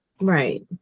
Right